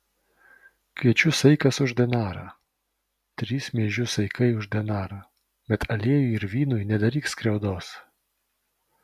kviečių saikas už denarą trys miežių saikai už denarą bet aliejui ir vynui nedaryk skriaudos